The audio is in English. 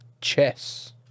chess